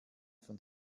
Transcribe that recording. von